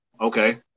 Okay